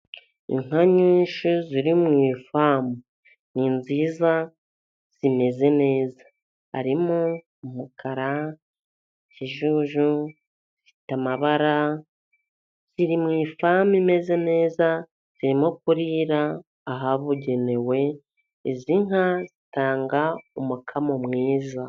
Inka nyinshi ziri mu ifamu, ni nziza zimeze neza. Harimo umukara, ikijuju, zifite amabara, ziri mu ifamu imeze neza, zirimo kurira ahabugenewe, izi nka zitanga umukamo mwiza.